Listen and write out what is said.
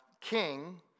king